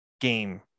game